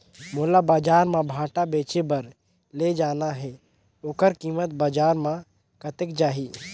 मोला बजार मां भांटा बेचे बार ले जाना हे ओकर कीमत बजार मां कतेक जाही?